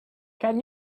can